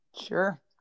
Sure